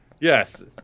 Yes